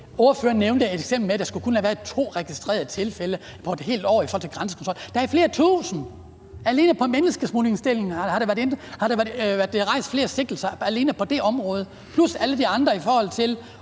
Ordføreren nævnte som eksempel, at der kun skulle have været to registrerede tilfælde på et helt år i forhold til grænsekontrollen. Der er flere tusind! Alene på menneskesmuglingsområdet har der været rejst flere sigtelser plus alle dem, der har været